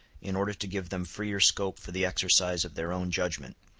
in order to give them freer scope for the exercise of their own judgment.